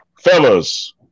Fellas